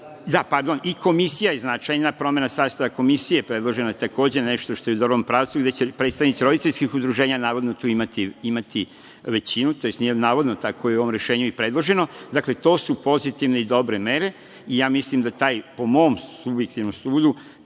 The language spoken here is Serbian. strašna.I komisija je značajna. Promena sastava komisije je predložena, takođe nešto što je u dobrom pravcu i da će predstavnici roditeljskih udruženja navodno tu imati većinu, tj. nije navodno, tako je u ovom rešenju i predloženo. Dakle, to su pozitivne i dobre mere. Po mom subjektivnom sudu